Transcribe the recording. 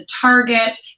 Target